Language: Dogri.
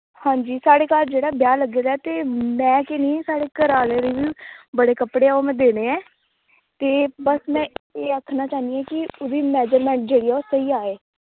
हां जी साढ़े घर जेह्ड़ा ब्याह् लग्गे दा ऐ ते में गै निं साढ़े घरा आह्लें दी बी बड़े कपड़े ऐ ओह् में देने ऐ ते बस में एह् आखना चांह्न्नी कि ओह्दी मिजरमेंट ऐ ओह् जेह्ड़ी स्हेई आए